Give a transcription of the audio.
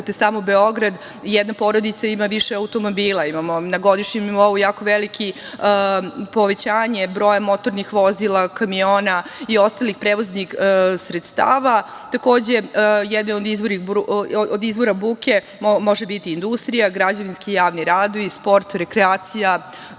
samo Beograd, jedna porodica ima više automobila. Na godišnjem nivou imamo jako veliko povećanje broja motornih vozila, kamiona i ostalih prevoznih sredstava. Takođe, jedan od izvora buke može biti industrija, građevinski i javni radovi, sport, rekreacija,